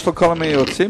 יש לו כל מיני יועצים,